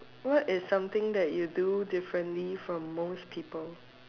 what is something that you do differently from most people